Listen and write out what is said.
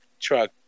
truck